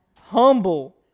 Humble